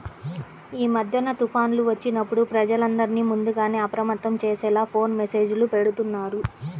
యీ మద్దెన తుఫాన్లు వచ్చినప్పుడు ప్రజలందర్నీ ముందుగానే అప్రమత్తం చేసేలా ఫోను మెస్సేజులు బెడతన్నారు